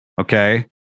Okay